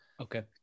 Okay